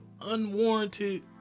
unwarranted